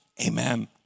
amen